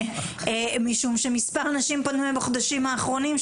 משום שמספר אנשים פנו אליי בחודשים האחרונים,